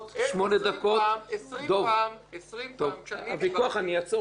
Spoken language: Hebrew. דב, אעצור אותך.